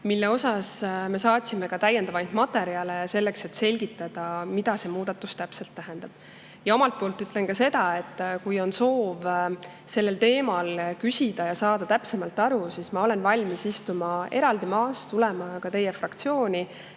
mille peale me saatsime ka täiendavaid materjale, et selgitada, mida see muudatus täpselt tähendab. Omalt poolt ütlen ka seda, et kui on soov sellel teemal küsida ja saada täpsemalt aru, siis ma olen valmis istuma eraldi maas, tulema ka teie fraktsiooni